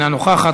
אינה נוכחת,